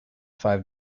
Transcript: five